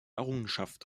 errungenschaft